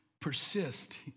persist